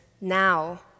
now